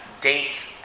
dates